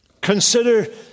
Consider